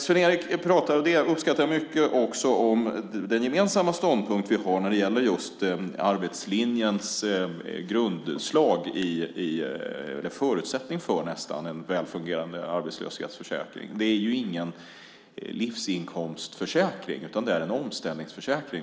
Sven-Erik pratade - det uppskattar jag mycket - också om den gemensamma ståndpunkt vi har när det gäller just arbetslinjens grundslag i, eller nästan förutsättning för, en välfungerande arbetslöshetsförsäkring. Det är ingen livsinkomstförsäkring, utan det är tänkt att vara en omställningsförsäkring.